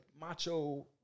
macho